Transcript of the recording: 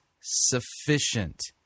sufficient